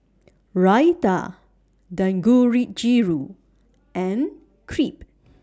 Raita and Crepe